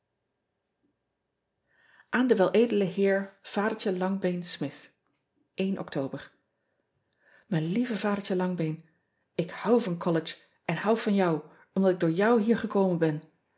an den el d eer adertje angbeen mith ctober ijn lieve adertje angbeen k houd van ollege en houd van jou omdat ik door jou hier gekomen ben